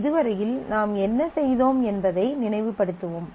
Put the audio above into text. இதுவரையில் நாம் என்ன செய்தோம் என்பதை நினைவு படுத்துவோம்